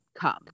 come